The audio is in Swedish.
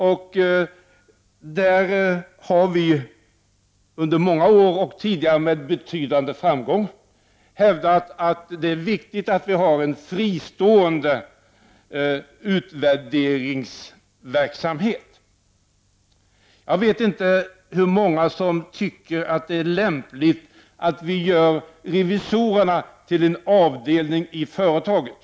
I den frågan har vi under många år, och tidigare med betydande framgång, hävdat att det är viktigt att vi har en fristående utvärderingsverksamhet. Jag vet inte hur många som tycker att det är lämpligt att ett företags revisorer också är en del av företaget.